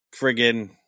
friggin